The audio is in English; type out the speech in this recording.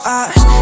eyes